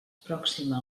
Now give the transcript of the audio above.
pròxima